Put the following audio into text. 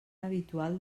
habitual